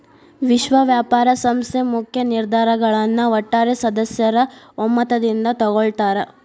ವಿಶ್ವ ವ್ಯಾಪಾರ ಸಂಸ್ಥೆ ಮುಖ್ಯ ನಿರ್ಧಾರಗಳನ್ನ ಒಟ್ಟಾರೆ ಸದಸ್ಯರ ಒಮ್ಮತದಿಂದ ತೊಗೊಳ್ತಾರಾ